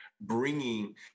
bringing